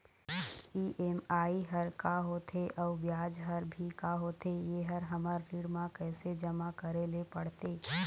EMI हर का होथे अऊ ब्याज हर भी का होथे ये हर हमर ऋण मा कैसे जमा करे ले पड़ते?